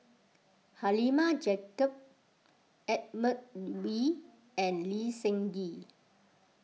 Halimah Yacob Edmund Wee and Lee Seng Gee